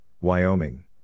Wyoming